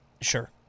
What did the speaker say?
Sure